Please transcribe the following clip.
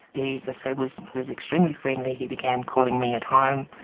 he, as as say, was extremely friendly, he began calling me at home,